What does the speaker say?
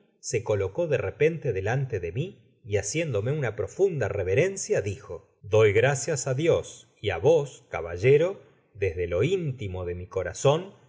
se coloeó de repente delante de mi y haciéndome una profunda reverencia dijo doy gracias á dios y á vos caballero desde lo intimo de mi corazon